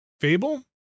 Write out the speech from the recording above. fable